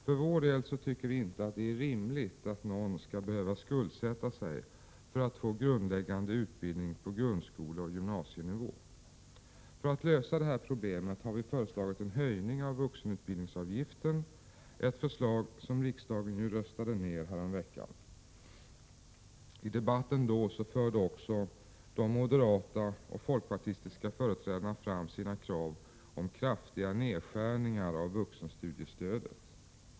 För vår del tycker vi inte att det är rimligt att någon skall behöva skuldsätta sig för att få grundläggande utbildning på grundskoleoch gymnasienivå. För att lösa det problemet har vi föreslagit en höjning av vuxenutbildningsavgiften, ett förslag som ju riksdagen röstade ner häromveckan. I den debatten förde också de moderata och folkpartistiska företrädarna fram sina krav om kraftiga nedskärningar av vuxenstudiestödet.